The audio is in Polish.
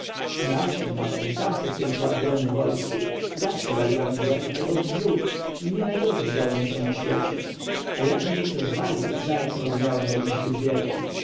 znam się na tem sam przez pięć lat byłem w wojsku zawsze waliłem w łeb albo w brzuch i nie najgorzej działo mi się na świecie a jak mnie kto zwalił zaraz rozumiałem że musi być wielki